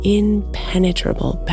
impenetrable